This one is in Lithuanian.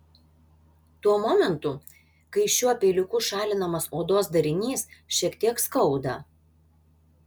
tuo momentu kai šiuo peiliuku šalinamas odos darinys šiek tiek skauda